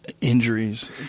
Injuries